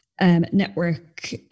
network